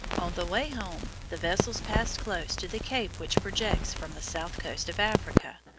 on the way home, the vessels passed close to the cape which projects from the south coast of africa,